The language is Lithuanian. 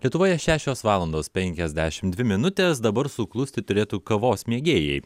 lietuvoje šešios valandos penkiasdešim dvi minutės dabar suklusti turėtų kavos mėgėjai